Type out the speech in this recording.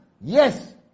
yes